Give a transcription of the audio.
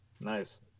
Nice